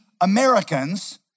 Americans